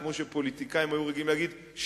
כמו שפוליטיקאים היו רגילים להגיד,